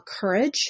courage